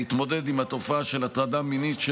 מטרת ההצעה היא להתמודד עם תופעה של הטרדה מינית של